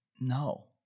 No